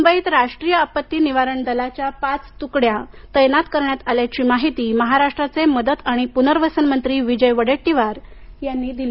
मुंबईत राष्ट्रीय आपत्ती निवारण दलाच्या पाच तुकड्या तैनात करण्यात आल्याची माहिती महाराष्ट्राचे मदत आणि पुनर्वसन मंत्री विजय वडेट्टीवार यांनी दिली